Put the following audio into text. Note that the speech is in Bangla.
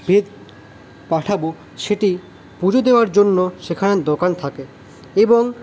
ভেট পাঠাবো সেটি পুজো দেওয়ার জন্য সেখানে দোকান থাকে এবং